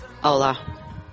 Hola